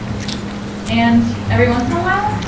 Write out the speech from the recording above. she has. and every once in a while,